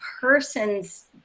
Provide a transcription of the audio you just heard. person's